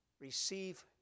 receive